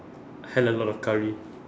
hell a lot of curry